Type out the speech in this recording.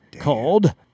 called